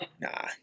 Nah